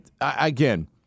again